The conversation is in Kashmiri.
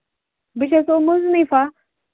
بہٕ چھَسَو مُنِفا